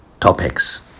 topics